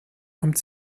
kommt